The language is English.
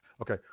Okay